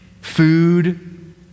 food